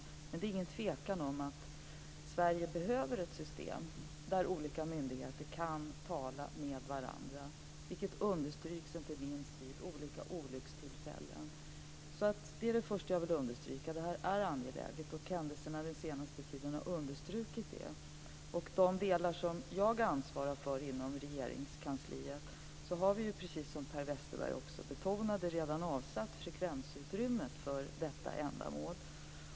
Men det är ingen tvekan om att Sverige behöver ett system där olika myndigheter kan tala med varandra. Det har visat sig inte minst vid olika olyckstillfällen. Det är angeläget. Händelserna den senaste tiden har understrukit det. När det gäller de delar som jag ansvarar för inom Regeringskansliet har vi, precis som Per Westerberg betonade, redan avsatt frekvensutrymme för detta ändamål.